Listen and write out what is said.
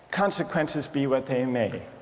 consequences be what they may.